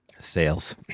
Sales